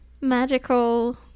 magical